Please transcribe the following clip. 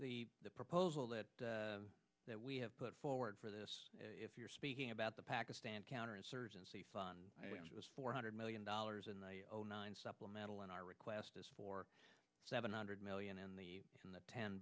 or the proposal that that we have put forward for this if you're speaking about the pakistan counterinsurgency fund which was four hundred million dollars in the nine supplemental in our request is for seven hundred million in the in the ten